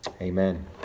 Amen